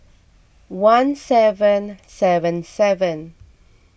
one seven seven seven